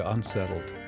Unsettled